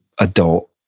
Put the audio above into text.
adult